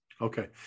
Okay